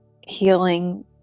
healing